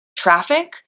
traffic